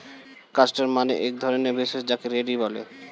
castor মানে এক ধরণের ভেষজ যাকে রেড়ি বলে